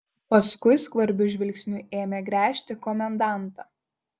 paskui skvarbiu žvilgsniu ėmė gręžti komendantą